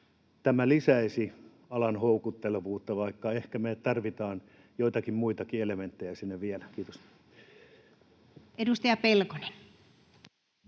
tämä lisäisi alan houkuttelevuutta, vaikka ehkä me tarvitaan joitakin muitakin elementtejä sinne vielä. — Kiitos. [Speech